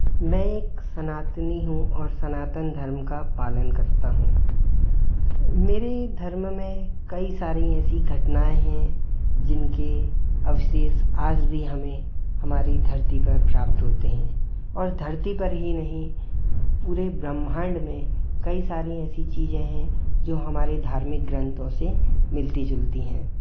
मैं एक सनातनी हूँ और सनातन धर्म का पालन करता हूँ मेरे धर्म में कई सारी ऐसी घटनाएँ हैं जिनके अवशेष आज भी हमें हमारी धरती पर प्राप्त होते हैं और धरती पर ही नहीं पूरे ब्रह्मांड में कई सारी ऐसी चीज़ें हैं जो हमारे धार्मिक ग्रंथों से मिलती जुलती हैं